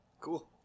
Cool